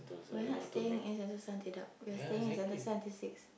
we are not staying in Sentosa until dark we are staying in Sentosa until six